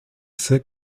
c’est